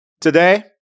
Today